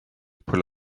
pull